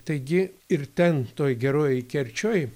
taigi ir ten toj gerojoj kerčioj